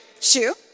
shoe